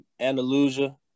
Andalusia